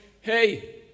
hey